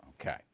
Okay